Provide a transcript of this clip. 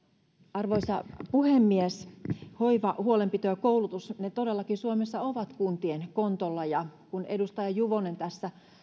arvoisa puhemies hoiva huolenpito ja koulutus ne todellakin suomessa ovat kuntien kontolla ja kun edustaja juvonen tässä